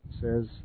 says